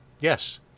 Yes